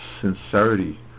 sincerity